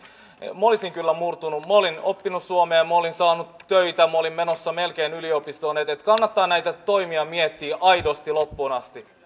minä olisin kyllä murtunut minä olin oppinut suomea ja minä olin saanut töitä minä olin menossa melkein yliopistoon että kannattaa näitä toimia miettiä aidosti loppuun asti